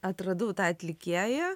atradau tą atlikėją